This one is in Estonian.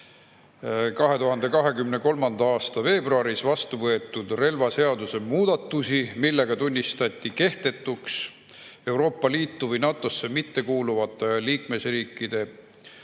2023. aasta veebruaris vastu võetud relvaseaduse muudatusi, millega tunnistati kehtetuks Euroopa Liitu või NATO-sse mittekuuluvate riikide